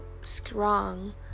strong